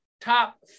top